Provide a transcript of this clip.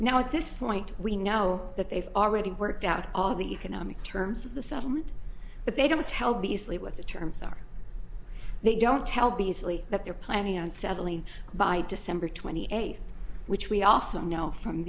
now at this point we know that they've already worked out all the economic terms of the settlement but they don't tell beazley what the terms are they don't tell beazley that they're planning on settling by december twenty eighth which we also know from